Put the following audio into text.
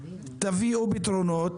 תביאו פתרונות,